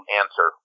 answer